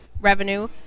revenue